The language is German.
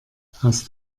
hast